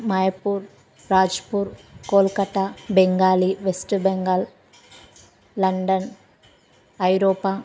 మైపూర్ Raipur Kolkata Bengali West Bengal London ఐరోపా